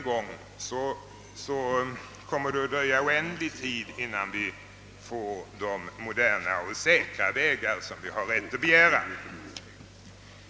Det skulle i så fall dröja en oändligt lång tid innan vi får de moderna och säkra vägar som trafiken kräver.